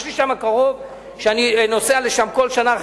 יש לי שם קרוב ואני נוסע לשם כל שנה.